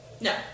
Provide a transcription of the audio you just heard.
No